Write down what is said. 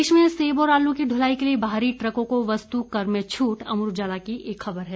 प्रदेश में सेब और आलू की दुलाई के लिए बाहरी ट्रकों को वस्तु कर में छूट अमर उजाला की एक खबर है